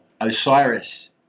osiris